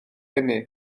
eni